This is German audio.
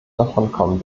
davonkommen